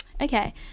okay